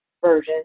version